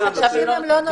לחדשים הם לא נותנים.